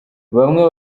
bamwe